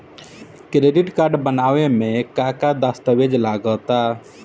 Credit card बनवावे म का का दस्तावेज लगा ता?